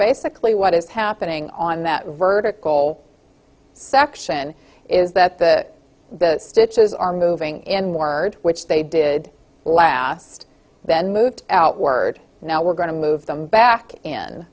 basically what is happening on that vertical section is that the stitches are moving in more which they did last then moved out word now we're going to move them back in